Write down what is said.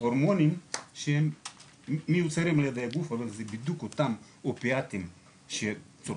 הורמונים שהם מיוצרים על ידי הגוף ואלו בדיוק אותם אופיאטים שצורכים